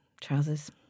trousers